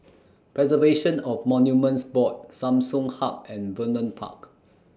Preservation of Monuments Board Samsung Hub and Vernon Park